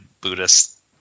Buddhist